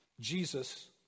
Jesus